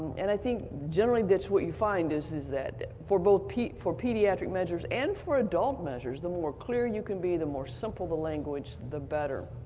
and i think generally that's what you find, is is that for both for pediatric measures and for adult measures, the more clear you can be, the more simple the language, the better.